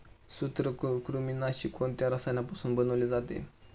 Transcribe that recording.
सूत्रकृमिनाशी कोणत्या रसायनापासून बनवले जाते?